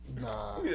Nah